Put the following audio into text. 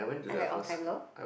I like all-time-low